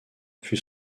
fut